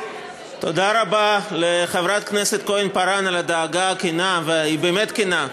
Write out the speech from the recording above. תודה לחברת הכנסת כהן-פארן על הדאגה הכנה והיא באמת כנה,